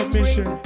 Mission